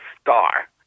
star